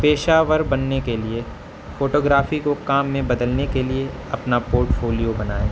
پیشہ ور بننے کے لیے فوٹوگرافی کو کام میں بدلنے کے لیے اپنا پورٹ فولیو بنائیں